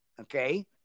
okay